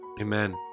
Amen